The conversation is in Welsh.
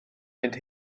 mynd